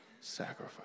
sacrifice